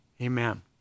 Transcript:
Amen